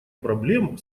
проблем